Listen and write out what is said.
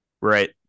Right